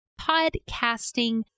podcasting